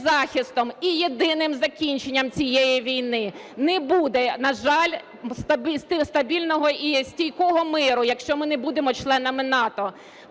і єдиним закінченням цієї війни, не буде, на жаль, стабільного і стійкого миру, якщо ми не будемо членами НАТО.